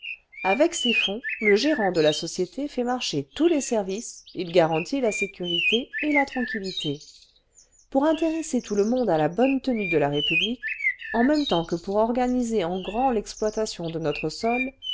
avec ces fonds le gérant de la société fait marcher tous les services il garantit la sécurité et la tranquillité pour intéresser tout le monde à la bonne tenue de la république en même temps que pour organiser en grand l'exploitation de notre sol